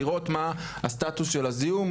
לראות מה הסטטוס של הזיהום,